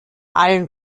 allen